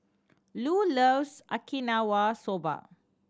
Lu loves Okinawa Soba